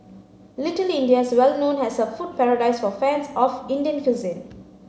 Little India is well known as a food paradise for fans of Indian cuisine